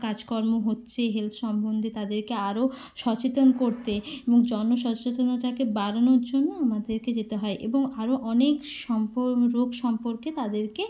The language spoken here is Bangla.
কাজকর্ম হচ্ছে হেলথ সম্বন্ধে তাদেরকে আরও সচেতন করতে এবং জন সচেতনতাকে বাড়ানোর জন্য আমাদেরকে যেতে হয় এবং আরও অনেক সম্প রোগ সম্পর্কে তাদেরকে